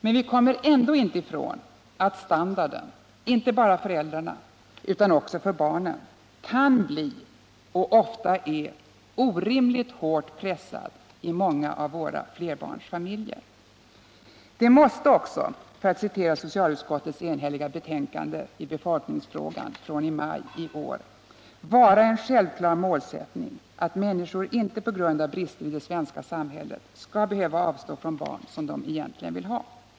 Men vi kommer ändå inte ifrån att standarden — inte bara för föräldrarna utan också för barnen — kan bli och ofta är orimligt hårt pressad i många flerbarnsfamiljer. Det måste också — för att citera socialutskottets enhälliga betänkande i befolkningsfrågan från i maj i år — ”vara en självklar målsättning att människor inte på grund av brister i det svenska samhället skall behöva avstå från barn som de egentligen vill ha”.